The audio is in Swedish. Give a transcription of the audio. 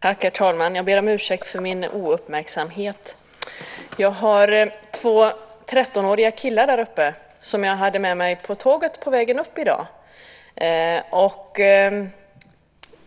Herr talman! Jag ber om ursäkt för min ouppmärksamhet. Jag har två 13-åriga killar där uppe på åhörarläktaren, som jag hade med mig på tåget på vägen upp i dag.